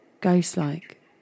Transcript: ghost-like